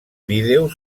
vídeo